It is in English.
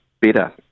better